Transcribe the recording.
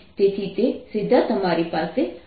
તેથી તે સીધા તમારી પાસે આવે છે